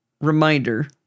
Reminder